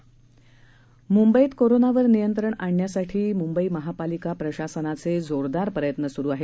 म्ंबईत कोरोनावर नियंत्रण आणण्यासाठी म्ंबई महापालिका प्रशासनाचे जोरदार प्रयत्न सुरू आहेत